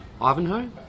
Ivanhoe